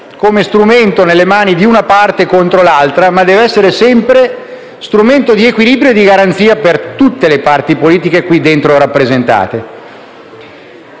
come strumento nelle mani di una parte contro l'altra, ma deve essere sempre uno strumento di equilibrio e garanzia per tutte le parti politiche qui dentro rappresentate.